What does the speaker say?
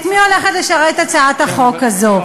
את מי הולכת לשרת הצעת החוק הזאת?